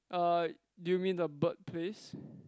uh do you mean the bird place